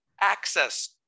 access